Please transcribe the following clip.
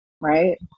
right